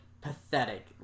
pathetic